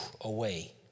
away